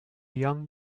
young